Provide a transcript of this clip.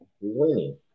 winning